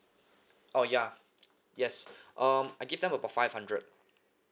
oh ya yes um I give them up to five hundred